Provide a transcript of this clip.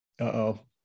Uh-oh